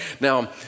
Now